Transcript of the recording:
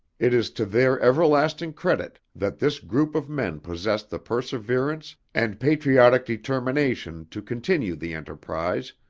it is to their everlasting credit that this group of men possessed the perseverance and patriotic determination to continue the enterprise,